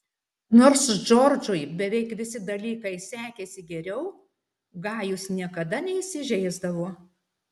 nors džordžui beveik visi dalykai sekėsi geriau gajus niekada neįsižeisdavo